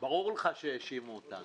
ברור לך שהאשימו אותנו.